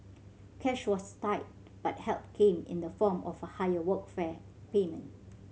cash was tight but help came in the form of a higher Workfare payment